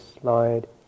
slide